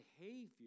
behavior